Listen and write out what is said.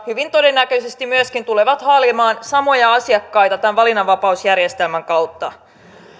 hyvin todennäköisesti myöskin tulevat haalimaan samoja asiakkaita tämän valinnanvapausjärjestelmän kautta